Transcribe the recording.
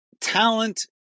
talent